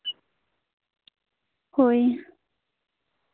ᱦᱳᱭ